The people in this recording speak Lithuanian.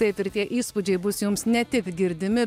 taip ir tie įspūdžiai bus jums ne tik girdimi